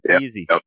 Easy